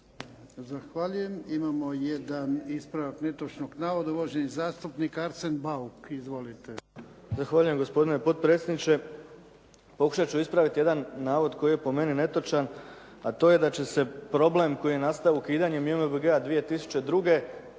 Zahvaljujem. Imamo jedan ispravak netočnog navoda, uvaženi zastupnik Arsen Bauk. Izvolite. **Bauk, Arsen (SDP)** Zahvaljujem. Gospodine potpredsjedniče. Pokušat ću ispraviti jedan navod koji je po meni netočan a to je da će se problem koji je nastao ukidanjem JMBG-a 2002.